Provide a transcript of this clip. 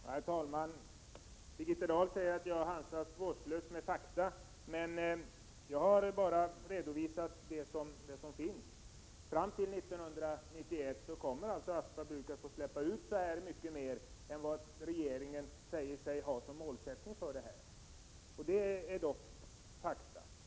Herr talman! Birgitta Dahl säger att jag handskas vårdslöst med fakta, men jag har bara redovisat det som finns. Fram till 1991 kommer alltså Aspa bruk att få släppa ut mycket mer än vad regeringen säger sig ha som målsättning. Det är fakta.